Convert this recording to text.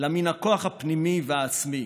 אלא מן הכוח הפנימי והעצמי.